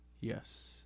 Yes